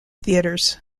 theatres